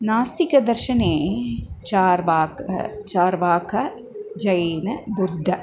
नास्तिकदर्शने चार्वाकः चार्वाकः जैनः बुद्धः